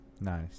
nice